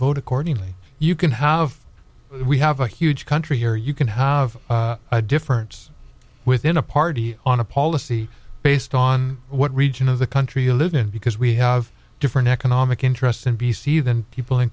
vote accordingly you can have we have a huge country here you can have a difference within a party on a policy based on what region of the country you live in because we have different economic interests in d c than people in